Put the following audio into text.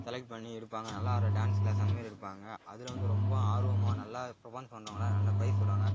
select பண்ணி எடுப்பாங்க நல்லா ஆடுகிற டான்ஸ் கிளாஸ் அந்த மாரி எடுப்பாங்க அதில் வந்து ரொம்ப ஆர்வமாக நல்லா பர்ஃபார்ம் பண்ணுறவங்கள நல்லா பிரைஸ் தருவாங்க